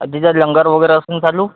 तिथं लंगर वगैरे असंन चालू